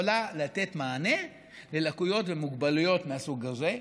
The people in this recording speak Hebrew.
אכן יכולה לתת מענה ללקויות ומוגבלויות מהסוג הזה?